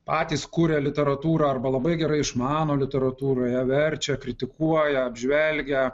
patys kuria literatūrą arba labai gerai išmano literatūroje verčia kritikuoja apžvelgia